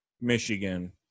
Michigan